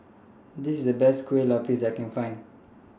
This IS The Best Kueh Lapis that I Can Find